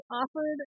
offered